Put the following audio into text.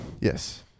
Yes